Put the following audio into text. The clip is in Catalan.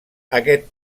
aquest